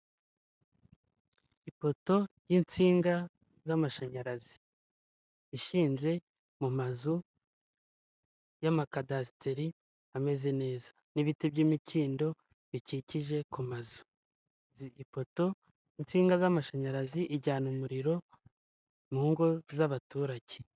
Ipoto y'insinga z'amashanyarazi, ishinze mu mazu y'amakadasiteri ameze neza n'ibiti by'imikindo bikikije ku mazu, ipoto insinga z'amashanyarazi ijyana umuriro mu ngo z'abaturage.